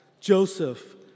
Joseph